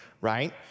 right